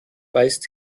weist